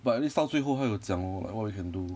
but at least 到最后他有讲 lor like what we can do